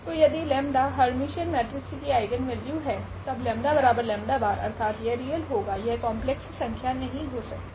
तो यदि 𝜆 Hermitian matrix की आइगनवेल्यू है तब 𝜆 𝜆̅ अर्थात यह रियल होगा यह कॉम्प्लेक्स संख्या नहीं हो सकती